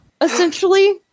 essentially